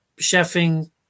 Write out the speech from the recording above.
chefing